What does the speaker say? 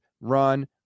run